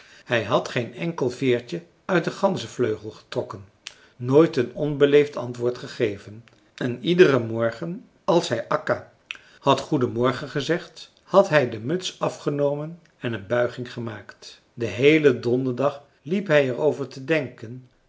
hij had geen enkel veertje uit een ganzevleugel getrokken nooit een onbeleefd antwoord gegeven en iederen morgen als hij akka had goedenmorgen gezegd had hij de muts afgenomen en een buiging gemaakt den heelen donderdag liep hij er over te denken